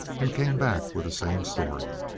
and came back with the same story.